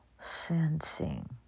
sensing